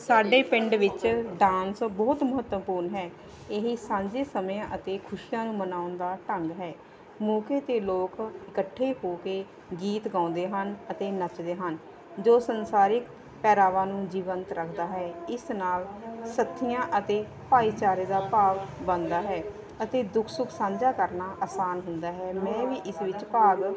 ਸਾਡੇ ਪਿੰਡ ਵਿੱਚ ਡਾਂਸ ਬਹੁਤ ਮਹੱਤਵਪੂਰਨ ਹੈ ਇਹੀ ਸਾਂਝੇ ਸਮੇਂ ਅਤੇ ਖੁਸ਼ੀਆਂ ਨੂੰ ਮਨਾਉਣ ਦਾ ਢੰਗ ਹੈ ਮੌਕੇ 'ਤੇ ਲੋਕ ਇਕੱਠੇ ਹੋ ਕੇ ਗੀਤ ਗਾਉਂਦੇ ਹਨ ਅਤੇ ਨੱਚਦੇ ਹਨ ਜੋ ਸੰਸਾਰਿਕ ਪਹਿਰਾਵਾ ਨੂੰ ਜੀਵੰਤ ਰੱਖਦਾ ਹੈ ਇਸ ਨਾਲ ਸਾਥੀਆਂ ਅਤੇ ਭਾਈਚਾਰੇ ਦਾ ਭਾਵ ਬਣਦਾ ਹੈ ਅਤੇ ਦੁੱਖ ਸੁੱਖ ਸਾਂਝਾ ਕਰਨਾ ਆਸਾਨ ਹੁੰਦਾ ਹੈ ਮੈਂ ਵੀ ਇਸ ਵਿੱਚ ਭਾਗ